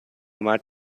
مرد